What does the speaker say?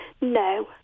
no